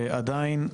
עדיין,